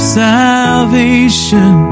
salvation